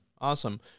Awesome